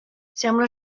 sembla